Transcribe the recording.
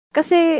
Kasi